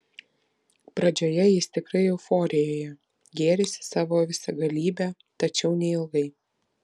pradžioje jis tikrai euforijoje gėrisi savo visagalybe tačiau neilgai